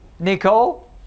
Nicole